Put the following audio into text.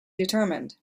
determined